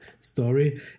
story